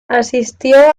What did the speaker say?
asistió